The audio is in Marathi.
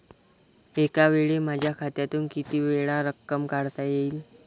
एकावेळी माझ्या खात्यातून कितीवेळा रक्कम काढता येईल?